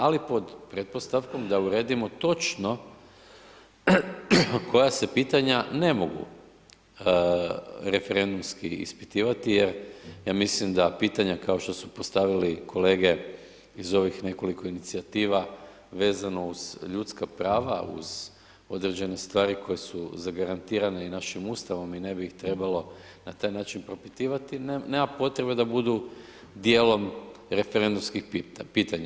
Ali pod pretpostavkom da uredimo točno koja se pitanja ne mogu referendumski ispitivati jer ja mislim da pitanja kao što su postavili kolege iz ovih nekoliko inicijativa vezano uz ljudska prava, uz određene stvari koje zagarantirane i našim Ustavom i ne bih trebalo na taj način propitivati nema potrebe da budu dijelom referendumskih pitanja.